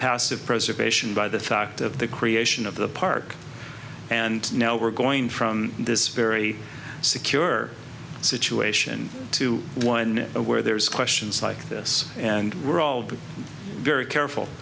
passive preservation by the fact of the creation of the park and now we're going from this very secure situation to one where there's questions like this and we're all been very careful